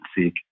seek